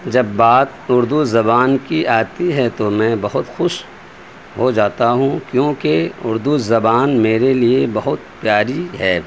جب بات اردو زبان کی آتی ہے تو میں بہت خوش ہوجاتا ہوں کیونکہ اردو زبان میرے لیے بہت پیاری ہے